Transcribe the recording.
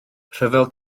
rhyfel